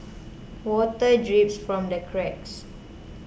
water drips from the cracks